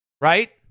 Right